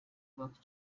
banki